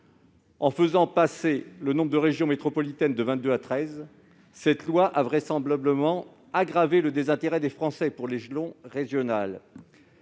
En faisant passer le nombre de régions métropolitaines de vingt-deux à treize, cette loi a vraisemblablement accentué le désintérêt des Français pour l'échelon régional.